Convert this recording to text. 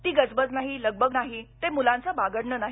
ती गजबज नाही लगबग नाही ते मुलांचं बागडणं नाही